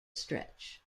stretch